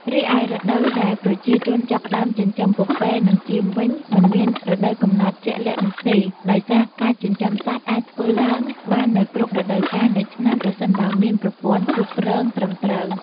រីឯរដូវដែលប្រជាជនចាប់ផ្ដើមចិញ្ចឹមពពែនិងចៀមវិញ មិនមានរដូវកំណត់ជាក់លាក់នោះទេ ដោយសារការចិញ្ចឹមសត្វអាចធ្វើឡើងបាននៅគ្រប់រដូវកាលនៃឆ្នាំ ប្រសិនបើមានប្រព័ន្ធគ្រប់គ្រងត្រឹមត្រូវ។